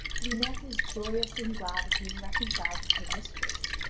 lunete is joyous and glad being reconciled with her mistress,